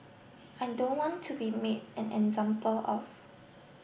I don't want to be made an example of